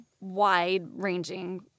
wide-ranging